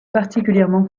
particulièrement